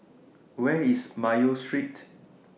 Where IS Mayo Street